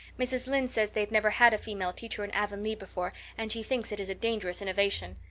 mrs. lynde says they've never had a female teacher in avonlea before and she thinks it is a dangerous innovation.